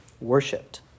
worshipped